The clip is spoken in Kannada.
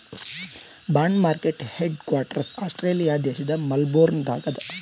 bond market headquarters Australia ದೇಶ್ ಮೆಲ್ಬೋರ್ನ್ ದಾಗ್ ಅದಾ